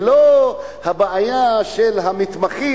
ולא הבעיה של המתמחים,